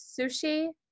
sushi